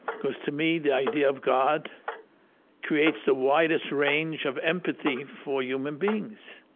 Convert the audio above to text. because, to me, the idea of god creates the widest range of empathy for human beings.